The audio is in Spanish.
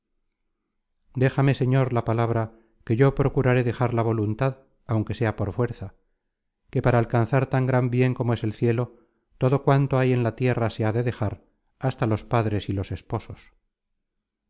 déjame señor la palabra que yo procuraré dejar la voluntad aunque sea por fuerza que para alcanzar tan gran bien como es el cielo todo cuanto hay en la tierra se ha de dejar hasta los padres y los esposos